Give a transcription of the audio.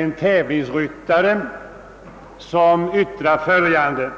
En tävlingsryttare yttrar följande: